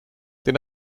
den